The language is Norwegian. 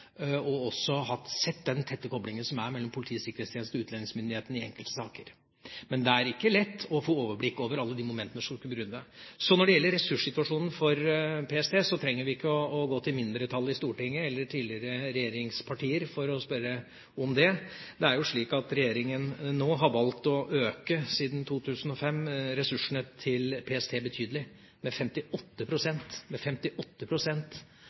og også har sett den tette koblingen som er mellom Politiets sikkerhetstjeneste og utlendingsmyndighetene i enkelte saker. Men det er ikke lett å få overblikk over alle momentene her. Når det gjelder ressurssituasjonen for PST, trenger vi ikke å gå til mindretallet i Stortinget eller tidligere regjeringspartier for å spørre om det. Det er jo slik at regjeringa siden 2005 har valgt å øke ressursene til PST betydelig – med 58